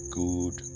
good